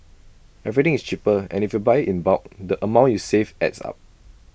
everything is cheaper and if you buy in bulk the amount you save adds up